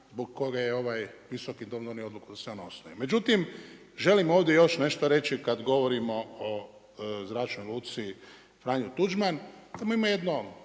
zbog koga je ovaj Visoki dom donio odluku da se on osnuje. Međutim, želim ovdje još nešto reći kada govorimo o Zračnoj luci Franjo Tuđman, tamo ima jedno